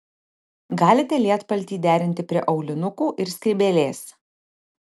galite lietpaltį derinti prie aulinukų ir skrybėlės